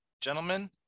gentlemen